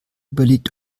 überlegt